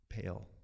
pale